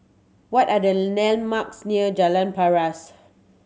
what are the landmarks near Jalan Paras